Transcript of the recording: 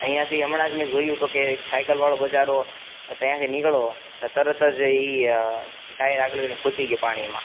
અહીંયાથી હમણાં જ મેં જોયું તો કહે એક સાઇકલવાળો બીચારો ત્યાંથી નીકળ્યો તે તરત જ એ ટાયર આગલું એનું ખૂંચી ગયું પાણીમાં